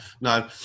No